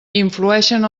influeixen